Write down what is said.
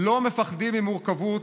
לא מפחדים ממורכבות,